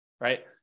Right